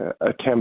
attempt